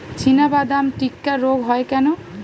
চিনাবাদাম টিক্কা রোগ হয় কেন?